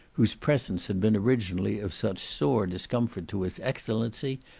whose presence had been originally of such sore discomfort to his excellency,